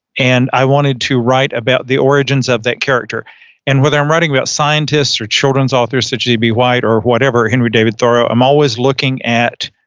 and i wanted to write about the origins of that character and whether i'm writing about scientists or children's authors, such as it'd be white or whatever, henry david thoreau, i'm always looking at,